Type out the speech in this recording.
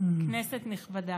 כנסת נכבדה,